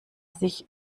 sich